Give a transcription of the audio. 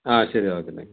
ആ ശരി okay thank U